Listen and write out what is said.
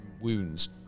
wounds